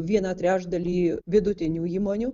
vieną trečdalį vidutinių įmonių